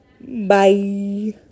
Bye